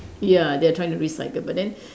ya they are trying to recycle but then